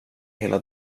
hela